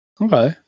Okay